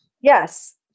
Yes